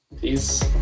peace